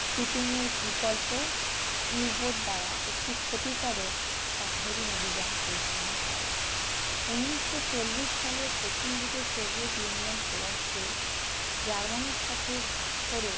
শিপিংয়ের বিকল্প ইউবোট দ্বারা একটি ক্ষতিকারক সাবমেরিন অভিযান পরিচালনা করে উনিশশো চল্লিশ সালে প্রথম দিকে সোভিয়েত ইউনিয়ন পোল্যান্ডকে জার্মানির সাথে ভাগ করে